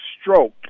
stroke